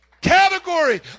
category